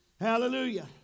Hallelujah